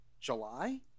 July